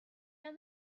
down